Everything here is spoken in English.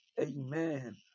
Amen